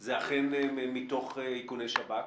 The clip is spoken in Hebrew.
זה אכן מתוך איכוני השב"כ?